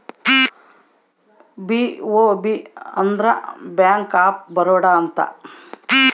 BOB ಅಂದ್ರ bank of Baroda ಅಂತ